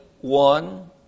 One